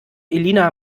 elina